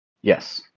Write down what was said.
Yes